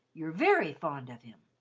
you're very fond of him.